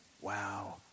Wow